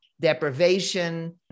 Deprivation